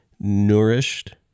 nourished